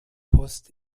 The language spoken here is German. post